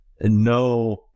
no